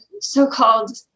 so-called